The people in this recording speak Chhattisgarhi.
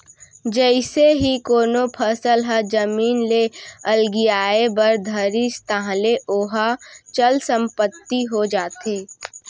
जइसे ही कोनो फसल ह जमीन ले अलगियाये बर धरिस ताहले ओहा चल संपत्ति हो जाथे